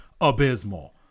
abysmal